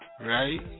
Right